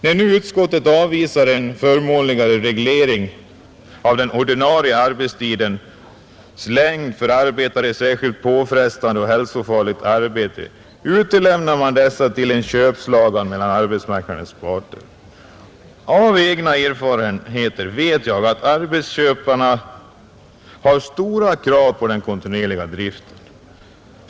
När nu utskottet avvisar en förmånligare reglering av den ordinarie arbetstidens längd för arbetare i särskilt påfrestande och hälsofarligt arbete, utlämnar man dessa till en köpslagan mellan arbetsmarknadens parter. Av egna erfarenheter vet jag att arbetsköparna har stora krav på den kontinuerliga driften.